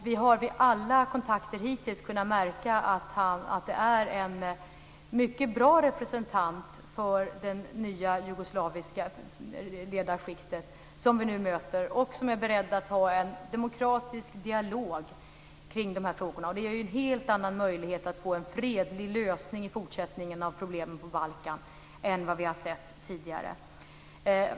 Vi har vid alla kontakter hittills kunnat märka att det är en mycket bra representant för det nya jugoslaviska ledarskiktet som vi nu möter och som är beredd att ha en demokratisk dialog kring de här frågorna. Det ger en helt annan möjlighet att få en fredlig lösning av problemen på Balkan i fortsättningen än vad vi har sett tidigare.